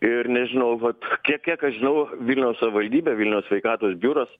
ir nežinau vat kiek kiek aš žinau vilniaus savivaldybė vilniaus sveikatos biuras